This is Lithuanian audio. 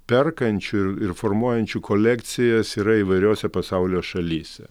perkančių ir ir formuojančių kolekcijas yra įvairiose pasaulio šalyse